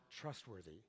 trustworthy